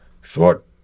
short